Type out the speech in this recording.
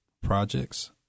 projects